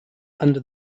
under